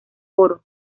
oro